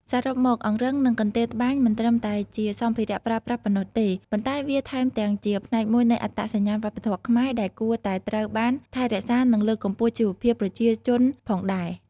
សរុបមក អង្រឹងនិងកន្ទេលត្បាញមិនត្រឹមតែជាសម្ភារៈប្រើប្រាស់ប៉ុណ្ណោះទេ ប៉ុន្តែវាថែមទាំងជាផ្នែកមួយនៃអត្តសញ្ញាណវប្បធម៌ខ្មែរដែលគួរតែត្រូវបានថែរក្សា និងលើកកម្ពស់ជីវភាពប្រជាជនផងដែរ។